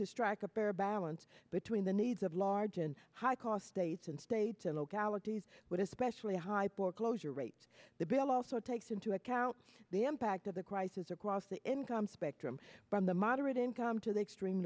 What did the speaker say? to strike a fair balance between the needs of large and high cost states and states and localities but especially high poor closure rates the bill also takes into account the impact of the crisis across the income spectrum from the moderate income to the extreme